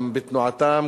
גם בתנועתם,